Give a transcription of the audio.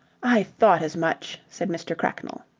i thought as much, said mr. cracknell.